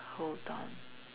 hold on